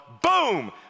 Boom